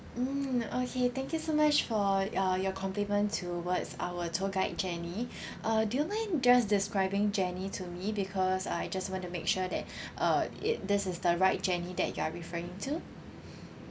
mm okay thank you so much for uh your compliment towards our tour guide jenny uh do you mind just describing jenny to me because I just want to make sure that uh it this is the right jenny that you are referring to